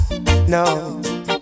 no